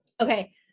Okay